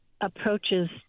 approaches